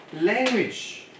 language